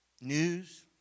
news